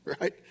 right